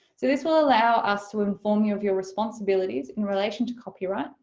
so this will allow us to inform you of your responsibilities in relation to copyright,